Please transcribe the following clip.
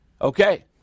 Okay